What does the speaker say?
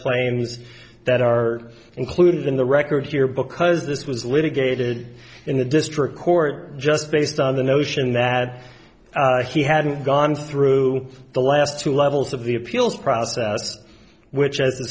claims that are included in the record here because this was litigated in the district court just based on the notion that he hadn't gone through the last two levels of the appeals process which a